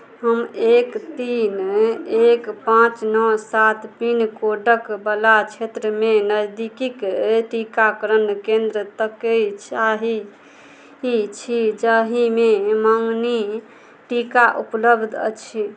हम एक तीन एक पाँच नओ सात पिनकोडकवला क्षेत्रमे नजदीकक टीकाकरण केन्द्र ताकय चाही छी जाहिमे मङ्गनी टीका उपलब्ध अछि